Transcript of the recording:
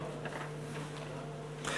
תודה.